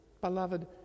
Beloved